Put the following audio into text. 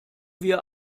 wir